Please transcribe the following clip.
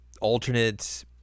alternate